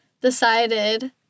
decided